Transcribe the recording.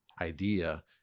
idea